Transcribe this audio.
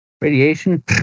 Radiation